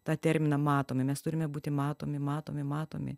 tą terminą matomi mes turime būti matomi matomi matomi